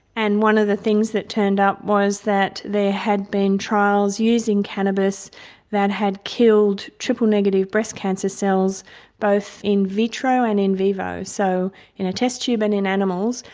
and one of the things that turned up was that there had been trials using cannabis that had killed triple negative breast cancer cells both in vitro and in vivo. so in a test tube and in animals,